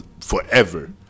forever